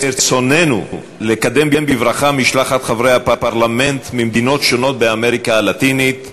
ברצוננו לקדם בברכה משלחת חברי הפרלמנט ממדינות שונות באמריקה הלטינית.